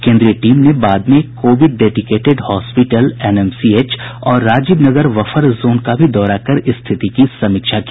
केन्द्रीय टीम ने बाद में कोविड डेडिकेटेड हॉस्पिटल एनएमसीएच और राजीव नगर बफर जोन का भी दौरा कर स्थिति की समीक्षा की